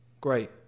Great